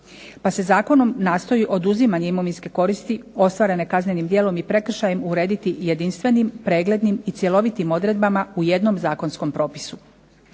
Pa se zakonom nastoji oduzimanjem imovinske ostvarene kaznenim djelom i prekršajem urediti jedinstvenim, preglednim i cjelovitim odredbama u jednom zakonskom propisu.